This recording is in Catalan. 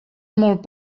molt